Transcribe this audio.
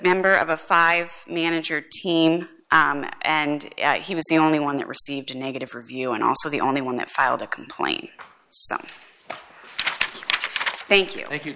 member of a five manager team and he was the only one that received a negative review and also the only one that filed a complaint some thank you thank you